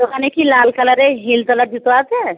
দোকানে কি লাল কালারের হিল তোলা জুতো আছে